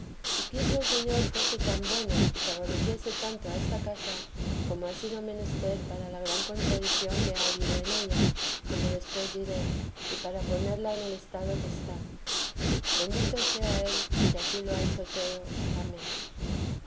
y quiso el señor fuese tan bueno y favoreciese tanto a esta casa como ha sido menester para la gran contradición que ha habido en ella como después diré y para ponerla en el estado en que está bendito sea el que ansí lo ha hecho todo amén